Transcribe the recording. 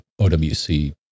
OWC